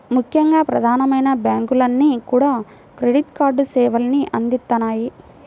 ముఖ్యంగా ప్రధానమైన బ్యాంకులన్నీ కూడా క్రెడిట్ కార్డు సేవల్ని అందిత్తన్నాయి